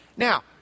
Now